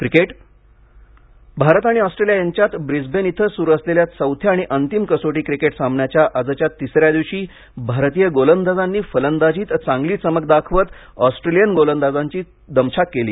cricket Bharat आणि Australia यांच्यात Brisbane इथं सुरु असलेल्या चौथ्या आणि अंतिम कसोटी क्रिकेट सामन्याच्या आजच्या तिस या दिवशी भारतीय गोलंदाजांनी फलंदाजीत चांगली चमक दाखवत ऑस्ट्रेलियन गोलंदाजांची दमछाक केली